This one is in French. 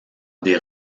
des